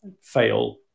fail